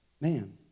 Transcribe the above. man